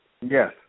Yes